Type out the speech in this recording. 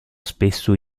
spesso